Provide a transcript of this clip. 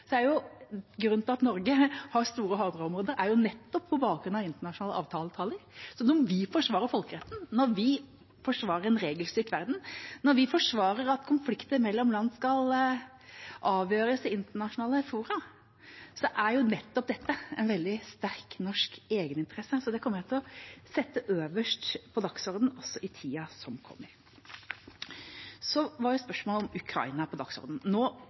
Grunnen til at Norge har store havområder, er nettopp med bakgrunn i internasjonale avtaler. Så når vi forsvarer folkeretten, når vi forsvarer en regelstyrt verden, når vi forsvarer at konflikter mellom land skal avgjøres i internasjonale fora, er nettopp dette en veldig sterk norsk egeninteresse. Så det kommer jeg til å sette øverst på dagsordenen også i tida som kommer. Spørsmålet om Ukraina var på dagsordenen. Nå håndteres det først og fremst på andre måter. Det håndteres nå